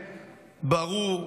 ברור,